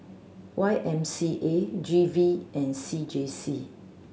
Y M C A G V and C J C